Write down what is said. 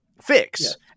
fix